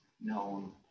known